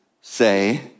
say